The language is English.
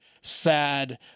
sad